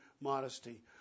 modesty